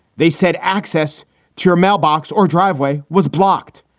they said access to your mailbox or driveway was blocked.